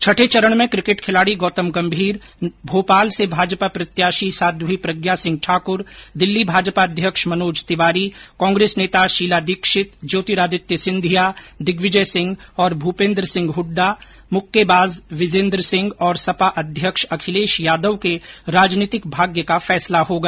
छठे चरण में क्रिकेट खिलाड़ी गौतम गम्भीर भोपाल से भाजपा प्रत्याशी साध्वी प्रज्ञा सिंह ठाक्र दिल्ली भाजपा अध्यक्ष मनोज तिवारी कांग्रेस नेता शीला दीक्षित ज्योतिरादित्य सिंधिया दिग्विजय सिंह और भूपेंद्र सिंह हड्डा मुक्केबाज विजेन्दर सिंह और सपा अध्यक्ष अखिलेश यादव के राजनीतिक भाग्य का फैसला होगा